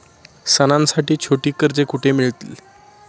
सणांसाठी छोटी कर्जे कुठे मिळतील?